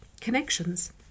connections